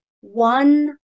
one